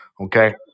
okay